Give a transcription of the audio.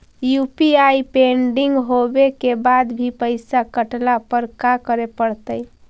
UPI pending होवे के बाद भी पैसा कटला पर का करे पड़तई?